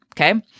okay